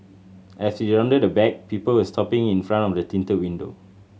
as we rounded the back people were stopping in front of a tinted window